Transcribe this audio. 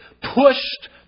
pushed